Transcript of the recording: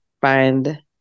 find